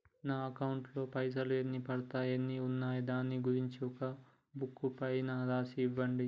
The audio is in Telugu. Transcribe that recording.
నా అకౌంట్ లో పైసలు ఎన్ని పడ్డాయి ఎన్ని ఉన్నాయో దాని గురించి ఒక బుక్కు పైన రాసి ఇవ్వండి?